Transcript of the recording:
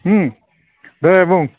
होम दे बुं